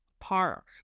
park